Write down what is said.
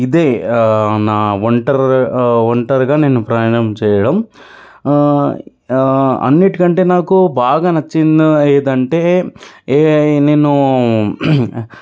ఇదే నా ఒంటరి ఒంటరిగా నేను ప్రయాణం చేయడం అన్నిటికంటే నాకు బాగా నచ్చిన ఏదంటే ఏ నేను